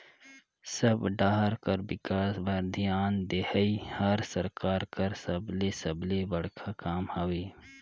सब डाहर कर बिकास बर धियान देहई हर सरकार कर सबले सबले बड़खा काम हवे